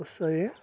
వస్తాయి